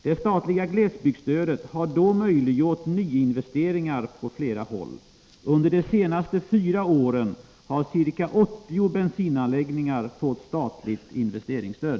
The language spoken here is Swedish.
Det statliga glesbygdsstödet har då möjliggjort nyinvesteringar på flera håll. Under de senaste fyra åren har ca 80 bensinanläggningar fått statligt investeringsstöd.